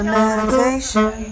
meditation